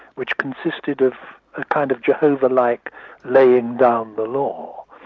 which consisted of a kind of jehovah-like laying down the law,